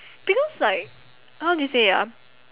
because like how do you say ah